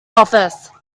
office